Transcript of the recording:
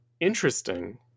interesting